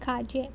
खाजें